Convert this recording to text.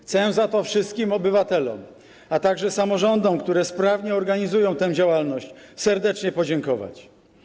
Chcę za to wszystkim obywatelom, a także samorządom, które sprawnie organizują tę działalność, serdecznie podziękować.